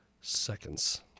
seconds